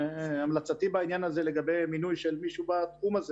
המלצתי בעניין הזה לגבי מינוי של מישהו בתחום הזה